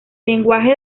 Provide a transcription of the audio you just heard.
lenguaje